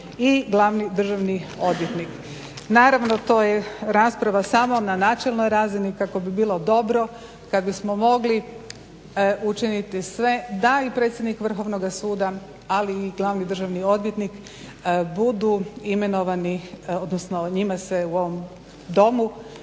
i glavni državni odvjetnik. Naravno to je rasprava samo na načelnoj razini kako bi bilo dobro kada bismo mogli učiniti sve da i predsjednik Vrhovnoga suda ali i glavni državni odvjetnik njima se u ovom Domu